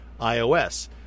ios